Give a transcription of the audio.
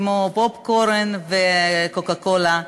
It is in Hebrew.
כמו פופקורן וקוקה-קולה.